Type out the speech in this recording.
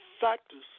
factors